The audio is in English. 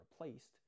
replaced